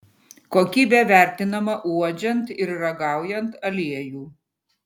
kokybė vertinama uodžiant ir ragaujant aliejų